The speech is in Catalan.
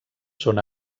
són